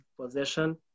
possession